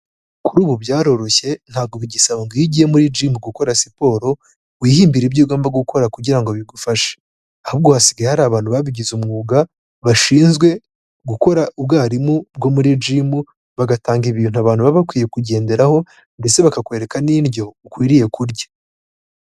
Kuri ubu byaroroshye ntabwo bigisaba ngo iyo ugiye muri gym gukora siporo, wihimbire ibyo ugomba gukora kugira ngo bigufashe, ahubwo hasigaye hari abantu babigize umwuga, bashinzwe gukora ubwarimu bwo muri gym, bagatanga ibintu abantu baba bakwiye kugenderaho, ndetse bakakwereka n'indyo ukwiriye kurya.